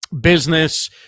business